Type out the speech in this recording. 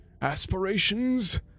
aspirations